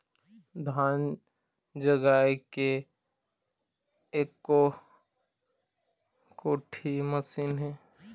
धान जगाए के एको कोठी मशीन हे?